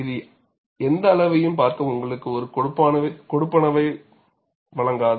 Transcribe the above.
இது எந்த அளவையும் பார்க்க உங்களுக்கு ஒரு கொடுப்பனவை வழங்காது